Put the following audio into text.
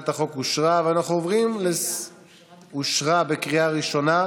חבר הכנסת ווליד טאהא,